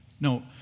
No